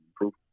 improve